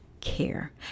care